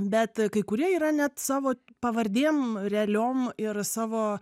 bet kai kurie yra net savo pavardėm realiom ir savo